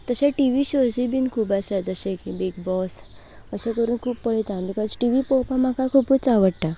तशें TV शोजय बी खूब आसा जशें की बीग बोस अशें करून खूब पळयतां बिकोज टि वी पळोवपाक म्हाका खुबूच आवडटां